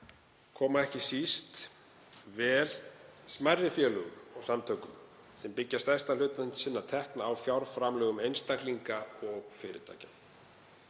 koma ekki síst vel smærri félögum og samtökum sem byggja stærstan hluta sinna tekna á fjárframlögum einstaklinga og fyrirtækja.